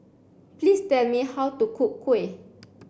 please tell me how to cook Kuih